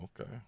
Okay